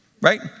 right